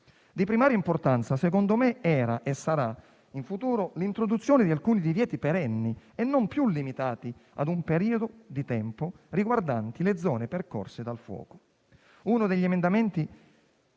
di primaria importanza era e sarà in futuro l'introduzione di alcuni divieti perenni e non più limitati a un periodo di tempo riguardanti le zone percorse dal fuoco. Uno degli emendamenti